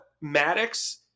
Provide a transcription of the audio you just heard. Maddox